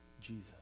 Jesus